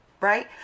right